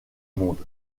monde